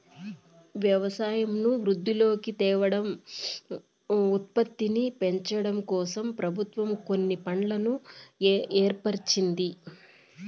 వ్యవసాయంను వృద్ధిలోకి తేవడం, ఉత్పత్తిని పెంచడంకోసం ప్రభుత్వం కొన్ని ఫండ్లను ఏర్పరిచింది